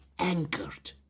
anchored